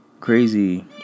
Crazy